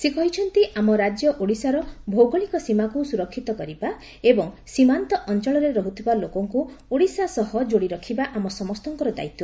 ସେ କହିଛନ୍ତି ଆମ ରାଜ୍ୟ ଓଡ଼ିଶାର ଭୌଗୋଳିକ ସୀମାକୁ ସ୍ୱରକିତ କରିବା ଏବଂ ସୀମାନ୍ତ ଅଅଳରେ ରହୁଥିବା ଲୋକଙ୍ଙୁ ଓଡ଼ିଶା ସହ ଯୋଡ଼ି ରଖିବା ଆମ ସମସ୍ତଙ୍କର ଦାୟିତ୍